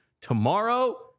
tomorrow